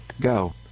Go